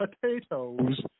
potatoes